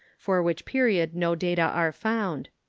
for which period no data are found.